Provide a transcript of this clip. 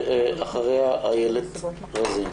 אחריה איילת רזין.